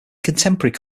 contemporary